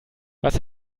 was